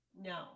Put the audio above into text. no